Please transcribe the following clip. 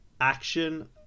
action